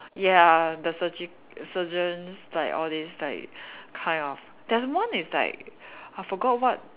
ya the surgi~ surgeons like all these like kind of there's one is like I forgot what